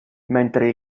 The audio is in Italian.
mentre